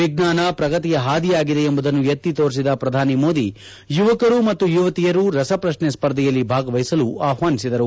ವಿಜ್ಞಾನ ಪ್ರಗತಿಯ ಹಾದಿಯಾಗಿದೆ ಎಂಬುದನ್ನು ಎತ್ತಿ ತೋರಿಸಿದ ಶ್ರಧಾನಿ ಮೋದಿ ಯುವಕರು ಮತ್ತು ಯುವತಿಯರು ರಸಪ್ರಶ್ನೆ ಸ್ಪರ್ಧೆಯಲ್ಲಿ ಭಾಗವಹಿಸಲು ಆಹ್ವಾನಿಸಿದರು